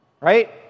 Right